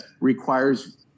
requires